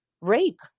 rape